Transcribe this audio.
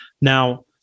now